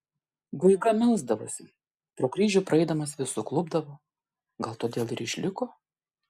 guiga melsdavosi pro kryžių praeidamas vis suklupdavo gal todėl ir išliko